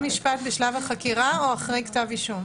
בבית משפט בשלב החקירה או אחרי כתב אישום?